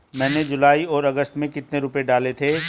मैंने जुलाई और अगस्त में कितने रुपये डाले थे?